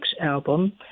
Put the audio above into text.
album